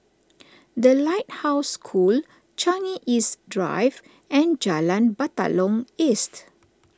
the Lighthouse School Changi East Drive and Jalan Batalong East